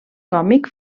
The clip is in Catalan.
còmic